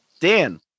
Dan